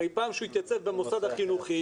הרי פעם שהוא התייצב במוסד החינוכי,